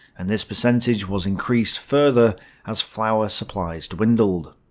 and this percentage was increased further as flour supplies dwindled.